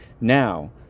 Now